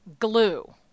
Glue